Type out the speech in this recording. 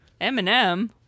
Eminem